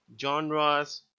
genres